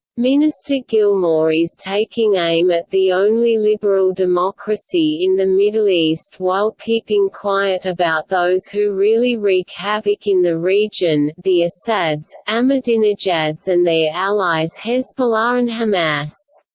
minister gilmore is taking aim at the only liberal democracy in the middle east while keeping quiet about those who really wreak havoc in the region the assads, ahmadinejads and their allies hezbollah and hamas.